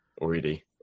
already